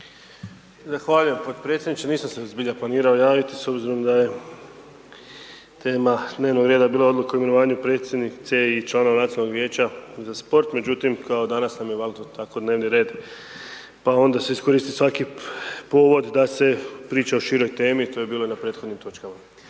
Zahvaljujem potpredsjedniče. Nisam se zbilja planirao javiti, s obzirom da je tema dnevnog reda bila odluka o imenovanju predsjednice i članu nacionalnog vijeća za sport. No međutim, kao danas …/Govornik se ne razumije./… tako dnevni red, pa onda se iskoristi svaki povod da se priča o široj temi, to je bilo i na prethodnim točkama.